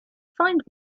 find